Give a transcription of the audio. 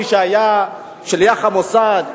מי שהיה שליח המוסד,